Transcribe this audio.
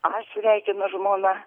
aš sveikinu žmona